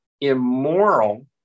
immoral